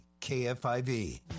KFIV